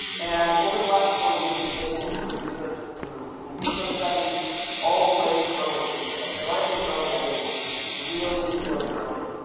and over the last four years, we've taken the research through in vitro studies all the way to early human studies. when and i say early, i mean really, really early.